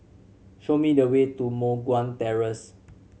show me the way to Moh Guan Terrace